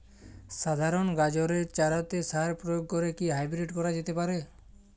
সাধারণ গাজরের চারাতে সার প্রয়োগ করে কি হাইব্রীড করা যেতে পারে?